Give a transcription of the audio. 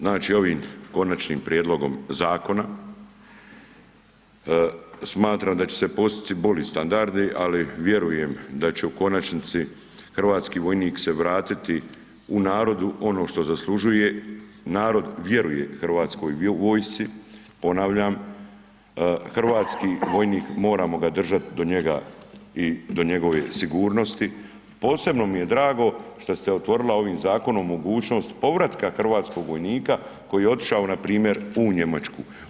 Znači ovim konačnim prijedlogom zakona smatram da će se postići bolji standardi ali vjerujem da će u konačnici hrvatski vojnik se vratiti u narodu ono što zaslužuje, narod vjeruje hrvatskoj vojsci, ponavljam, hrvatski vojnik, moramo držati do njega i do njegove sigurnosti, posebno mi je drago šta se otvorila ovim zakonom mogućnost povratka hrvatskog vojnika koji je otišao npr. u Njemačku.